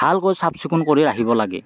ভালকৈ চাফ চিকুণ কৰি ৰাখিব লাগে